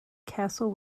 castle